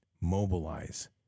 mobilize